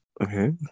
okay